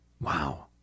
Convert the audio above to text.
Wow